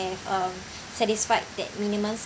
have um satisfied that minimum